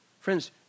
Friends